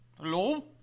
Hello